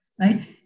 right